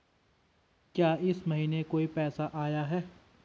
क्या इस महीने कोई पैसा आया है?